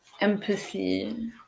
empathy